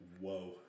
Whoa